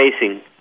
facing